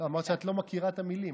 אמרת שאת לא מכירה את המילים.